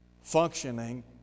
functioning